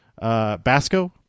Basco